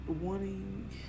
wanting